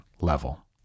level